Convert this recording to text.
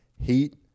Heat